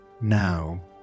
now